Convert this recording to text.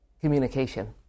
communication